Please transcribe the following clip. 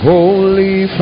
Holy